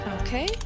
Okay